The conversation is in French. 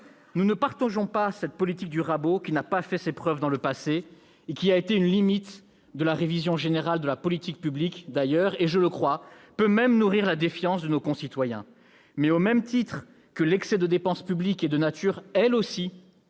Nous n'approuvons pas cette politique du rabot qui n'a pas fait ses preuves dans le passé, qui a d'ailleurs été une des limites de la révision générale des politiques publiques et qui, je le crois, peut même nourrir la défiance de nos concitoyens- au même titre que l'excès de dépense publique est de nature, elle aussi,